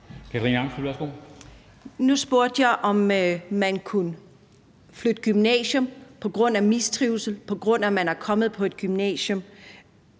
Nu spurgte jeg, om man kunne flytte gymnasium på grund af mistrivsel, på grund af at man er kommet på et gymnasium,